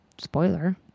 spoiler